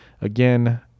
Again